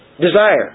Desire